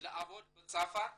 לעבוד בצרפת